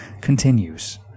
continues